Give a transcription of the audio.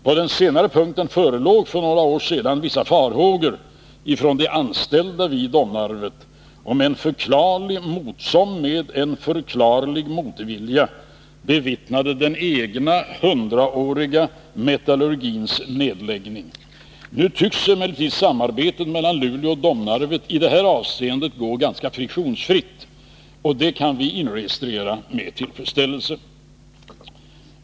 På den senare punkten förelåg för några år sedan vissa farhågor från de anställda vid Domnarvet, som med en förklarlig motvilja bevittnade den egna, 100-åriga metallurgins nedläggning. Nu tycks emellertid samarbetet mellan Luleå och Domnarvet i det här avseendet gå ganska friktionsfritt, vilket vi inregistrerar med tillfredsställelse.